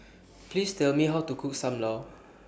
Please Tell Me How to Cook SAM Lau